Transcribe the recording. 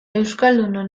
euskaldunon